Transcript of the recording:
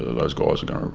those guys and um